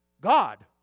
God